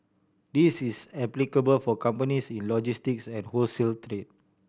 this is applicable for companies in logistics and wholesale trade